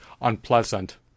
unpleasant